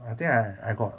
I think I I I got